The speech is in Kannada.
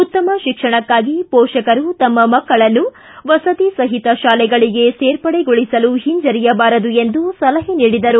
ಉತ್ತಮ ಶಿಕ್ಷಣಕ್ಕಾಗಿ ಮೋಷಕರು ತಮ್ಮ ಮಕ್ಕಳನ್ನು ವಸತಿ ಸಹಿತ ಶಾಲೆಗಳಿಗೆ ಸೇರ್ಪಡೆಗೊಳಿಸಲು ಹಿಂಜರಿಯಬಾರದು ಎಂದು ಸಲಹೆ ನೀಡಿದರು